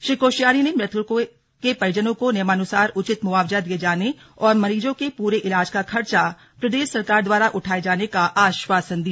श्री कोश्यारी ने मृतकों के परिजनों को नियमानुसार उचित मुआवजा दिये जाने और मरीजों के पूरे इलाज का खर्चा प्रदेश सरकार द्वारा उठाये जाने का आश्वासन दिया